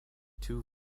two